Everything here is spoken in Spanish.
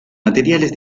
materiales